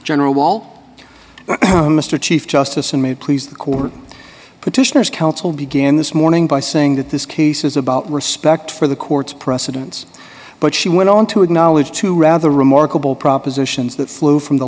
gen walt mr chief justice and may please the court petitioners counsel began this morning by saying that this case is about respect for the court's precedents but she went on to acknowledge two rather remarkable propositions that flow from the